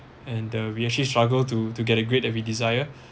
and the we actually struggle to to get a grade that we desire